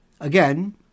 again